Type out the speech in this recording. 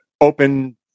Open